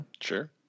sure